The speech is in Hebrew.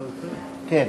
כן.